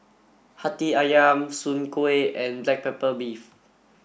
Hati Ayam Soon Kueh and black pepper beef